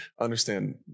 understand